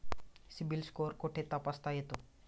CIBIL score कुठे तपासता येतो?